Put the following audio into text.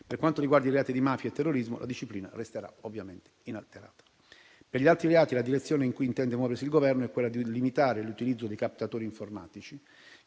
Per quanto riguarda i reati di mafia e terrorismo, la disciplina resterà ovviamente inalterata. Per gli altri reati, la direzione in cui intende muoversi il Governo è quella di limitare l'utilizzo dei captatori informatici,